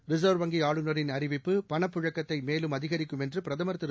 reserve வங்கி ஆளுநரின் அறிவிப்பு பணப்புழக்கத்தை மேலும் அதிகரிக்கும் என்று பிரதமா் திரு